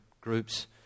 groups